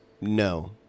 No